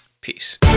Peace